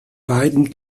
beiden